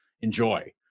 Enjoy